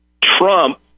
Trump